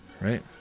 Right